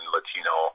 Latino